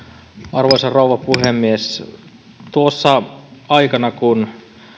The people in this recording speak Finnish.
arvoisa rouva puhemies tuossa aikana kun